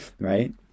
Right